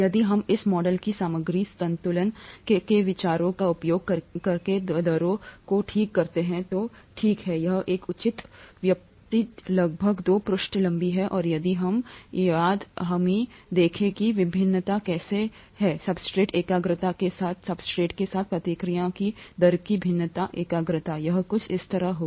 यदि हम इस मॉडल और सामग्री संतुलन के विचारों का उपयोग करके दरों को ठीक करते हैं तो ठीक है यह एक है उचित व्युत्पत्ति लगभग दो पृष्ठ लंबी और यदि हम साजिश यदि हम देखें कि भिन्नता कैसी है सब्सट्रेट एकाग्रता के साथ सब्सट्रेट के साथ प्रतिक्रिया की दर की भिन्नता एकाग्रता यह कुछ इस तरह होगा